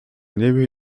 niebie